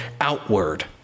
outward